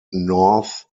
north